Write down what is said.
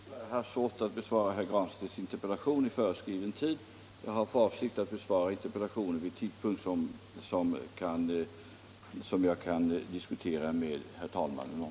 Herr talman! På grund av tidsbrist har jag haft svårt att besvara herr Granstedts interpellation i föreskriven tid. Jag har för avsikt att besvara interpellationen vid tidpunkt som jag kan diskutera med herr talmannen om.